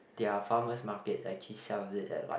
their farmer's market actually sells it at like